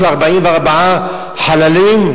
44 חללים,